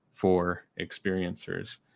forexperiencers